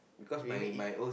you mean eat